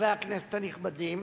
חברי הכנסת הנכבדים,